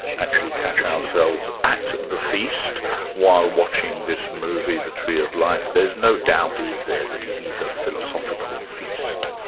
actually catch ourselves at the feast while watching this movie the tree of life, there's no doubt, is there, that it is a philosophical feast?